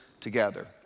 together